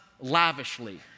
lavishly